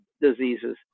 diseases